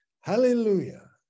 Hallelujah